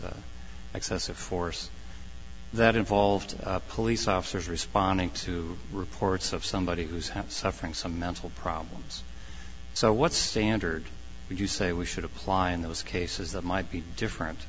excessive force that involved police officers responding to reports of somebody who's have suffering some mental problems so what standard would you say we should apply in those cases that might be different